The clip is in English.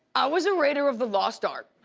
i was a raider of the lost arc,